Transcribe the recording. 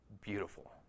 beautiful